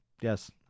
Yes